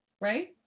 right